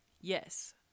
Yes